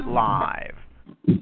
live